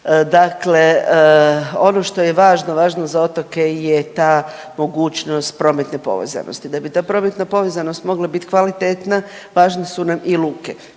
Dakle, ono što je važno, važno za otoke je ta mogućnost prometne povezanosti. Da bi ta prometna povezanost mogla bit kvalitetna važne su nam i luke.